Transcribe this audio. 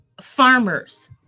farmers